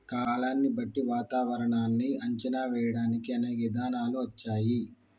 కాలాన్ని బట్టి వాతావరనాన్ని అంచనా వేయడానికి అనేక ఇధానాలు వచ్చాయి